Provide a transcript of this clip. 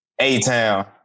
A-Town